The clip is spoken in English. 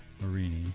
Marini